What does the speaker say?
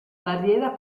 barriera